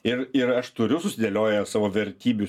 ir ir aš turiu susidėliojęs savo vertybių